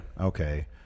Okay